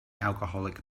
alcoholic